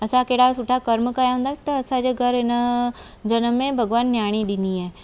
असां कहिड़ा सुठा कर्म कया हूंदा त असांजे घर में हिन जनम में भगवान न्याणी ॾिनी आहे